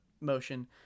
motion